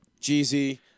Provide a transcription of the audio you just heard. Jeezy